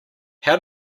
how